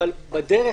אבל בדרך,